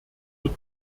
wird